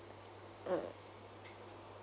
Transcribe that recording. mm